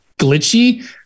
glitchy